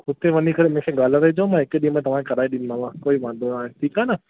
उते वञी करे मूंखे ॻाल्हाराए जो मां हिकु ॾींहं में तव्हांखे कराए ॾींदोमांव कोई वांदो न आहे ठीकु आहे न